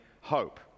hope